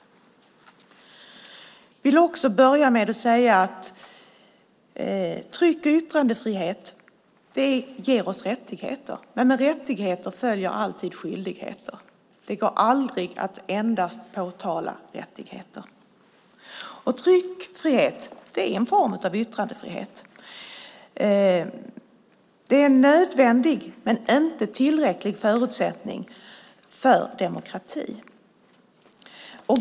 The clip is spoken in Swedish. Tryck och yttrandefrihet ger oss rättigheter, men med rättigheter följer alltid skyldigheter. Det går aldrig att endast framhålla rättigheter. Tryckfrihet är en form av yttrandefrihet. Det är en nödvändig men inte tillräcklig förutsättning för demokrati.